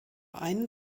einen